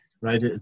right